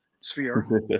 sphere